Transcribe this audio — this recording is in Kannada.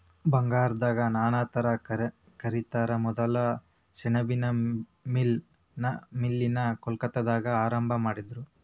ಬಂಗಾರದ ನಾರಂತ ಕರಿತಾರ ಮೊದಲ ಸೆಣಬಿನ್ ಮಿಲ್ ನ ಕೊಲ್ಕತ್ತಾದಾಗ ಆರಂಭಾ ಮಾಡಿದರು